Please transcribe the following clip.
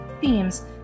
themes